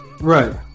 Right